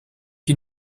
you